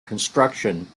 construction